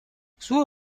suo